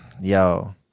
Yo